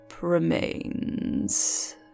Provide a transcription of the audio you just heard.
remains